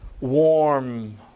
warm